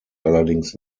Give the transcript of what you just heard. allerdings